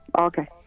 Okay